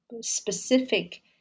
specific